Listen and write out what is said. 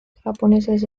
japoneses